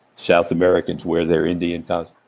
south americans wear their indian costume.